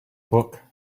book